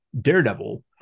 Daredevil